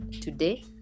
Today